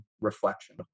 reflection